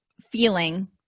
feeling